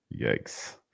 Yikes